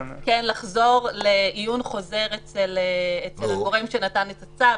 -- לחזור לעיון חוזר אצל הגורם שנתן את הצו,